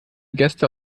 gäste